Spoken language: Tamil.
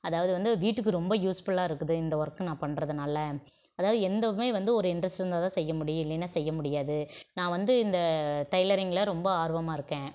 அதாவது வந்து வீட்டுக்கு ரொம்ப யூஸ்ஃபுல்லாக இருக்குது இந்த ஒர்க் நான் பண்ணுறதுனால அதாவது எந்ததுமே வந்து ஒரு இன்ட்ரெஸ்ட் இருந்தால் தான் செய்யமுடியும் இல்லேனா செய்ய முடியாது நான் வந்து இந்த டைலரிங்கில ரொம்ப ஆர்வமாக இருக்கேன்